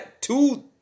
two